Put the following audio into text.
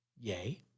yay